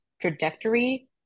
trajectory